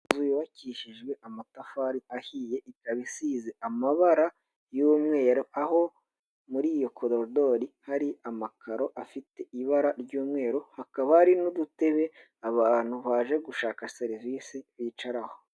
Inzu yubakishijwe amatafari ahiye ikaba isize amabara y'umweru, aho muri iyo kororidori hari amakaro afite ibara ry'umweru, hakaba hari n'udutebe abantu baje gushaka serivisi bicaraho.